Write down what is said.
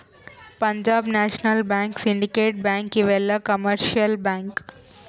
Punjab national bank syndicate bank ಇವೆಲ್ಲ commercial bank